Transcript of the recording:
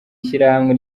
ishyirahamwe